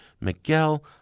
Miguel